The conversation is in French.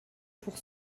pour